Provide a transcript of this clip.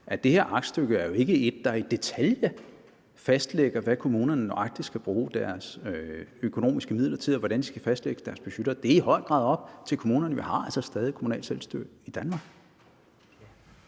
at det her aktstykke ikke er et, der i detaljer fastlægger, hvad kommunerne nøjagtig skal bruge deres økonomiske midler til, og hvordan de skal fastlægge deres budgetter. Det er i høj grad op til kommunerne. Vi har altså stadig kommunalt selvstyre i Danmark.